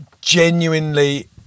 genuinely